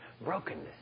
Brokenness